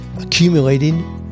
accumulating